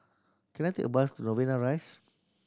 can I take a bus to Novena Rise